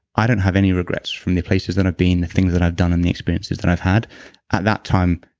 i don't have any regrets from the places that have been, the things that i've done and the experiences that i've had, at that time,